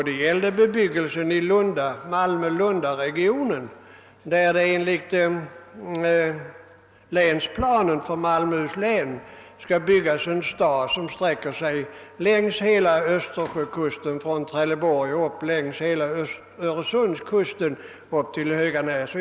Det gällde bebyggelsen i Malmöhus län där det enligt länsplanen skall byggas en stad som sträcker sig från Trelleborg längs hela Öresundskusten upp till Höganäs.